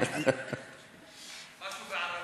משהו בערבית,